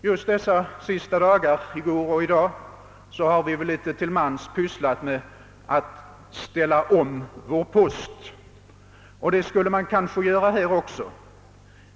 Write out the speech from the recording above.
Just dessa sista dagar, i går och i dag, har vi väl litet till mans ordnat för att ställa om vår post, och det skulle man kanske göra här också.